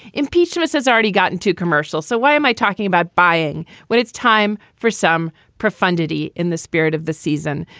impeachment has already gotten to commercial. so why am i talking about buying when it's time for some profundity? in the spirit of the season,